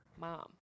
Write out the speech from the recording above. mom